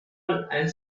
and